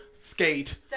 Skate